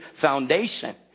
foundation